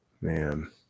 Man